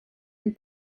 and